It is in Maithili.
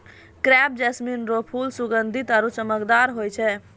क्रेप जैस्मीन रो फूल सुगंधीत आरु चमकदार होय छै